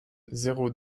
zéro